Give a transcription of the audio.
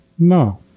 No